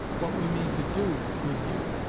what we mean to do with you.